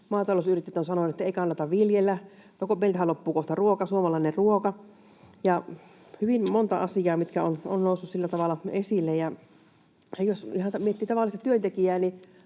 maatalousyrittäjät ovat sanoneet, että ei kannata viljellä. No, meiltähän loppuu kohta suomalainen ruoka. On hyvin monta asiaa, mitkä ovat nousseet sillä tavalla esille. Ja jos ihan miettii tavallista työntekijää,